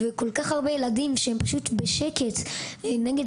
יש כל כך הרבה ילדים שקטים שהם נגד